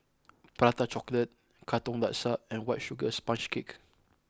Prata Chocolate Katong Laksa and White Sugar Sponge Cake